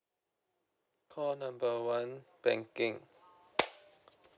call number one banking